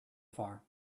far